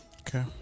Okay